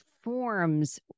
forms